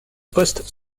poste